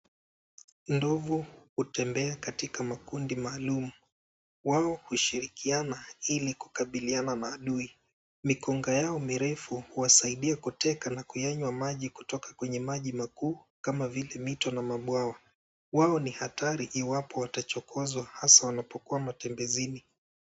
Ndovu hutembea katika makundi maalum. Wao hushirikiana ili kukabiliana na adui. Mikonga yao mirefu huwasaidia kuteka na kuyanywa maji kutoka kwenye maji makuu kama vile mito na mabwawa. Wao ni hatari iwapo watachokozwa hasa wanapokuwa matembezini.